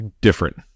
different